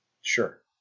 Sure